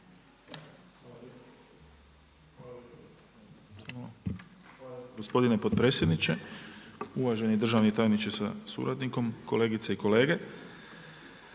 Hvala lijepo, gospodine potpredsjedniče. Uvaženi državni tajniče sa suradnikom, kolegice i kolege.